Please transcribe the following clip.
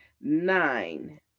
nine